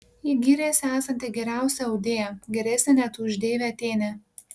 ji gyrėsi esanti geriausia audėja geresnė net už deivę atėnę